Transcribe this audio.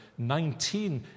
19